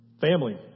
Family